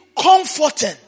comforting